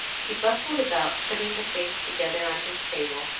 he bustled about, putting the things together on his table,